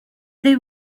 they